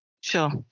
Sure